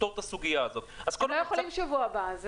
לפתור את הסוגיה הזאת -- הם לא יכולים בשבוע הבא.